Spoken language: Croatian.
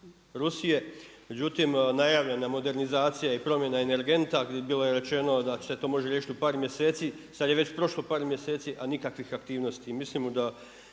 Rusije, međutim, najavljena modernizacija i promjena energenta gdje je bilo rečeno da se to može riješiti u par mjeseci, sad je već prošlo par mjeseci, a nikakvih aktivnosti.